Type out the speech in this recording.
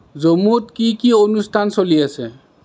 জম্মুত কি কি অনুষ্ঠান চলি আছে